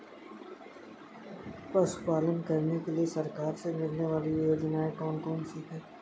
पशु पालन करने के लिए सरकार से मिलने वाली योजनाएँ कौन कौन सी हैं?